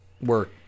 work